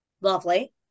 Lovely